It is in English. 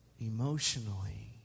emotionally